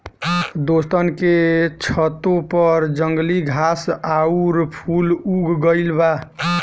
दोस्तन के छतों पर जंगली घास आउर फूल उग गइल बा